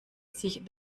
sich